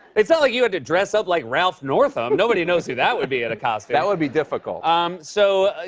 it's not like you had to dress up like ralph northam. nobody knows who that would be in a costume. that would be difficult. um so,